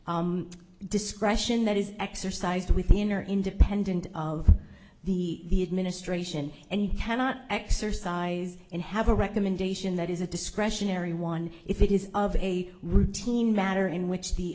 discretion that is exercised within or independent of the ministration and you cannot exercise and have a recommendation that is a discretionary one if it is of a routine matter in which the